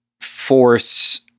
force